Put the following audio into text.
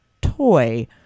toy